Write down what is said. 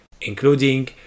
including